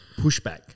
pushback